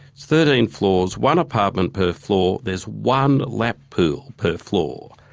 thirteen floors, one apartment per floor, there's one lap pool per floor,